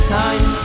time